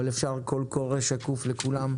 אבל אפשר קול קורא שקוף לכולם,